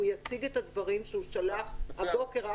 הוא יציג את הדברים שהוא שלח הבוקר,